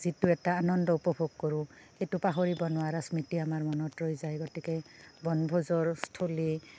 যিটো এটা আনন্দ উপভোগ কৰোঁ সেইটো পাহৰিব নোৱাৰা স্মৃতি আমাৰ মনত ৰৈ যায় গতিকে বনভোজৰ স্থলী